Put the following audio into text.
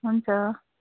हुन्छ